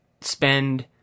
spend